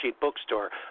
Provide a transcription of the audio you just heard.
Bookstore